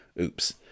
Oops